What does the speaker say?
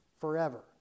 forever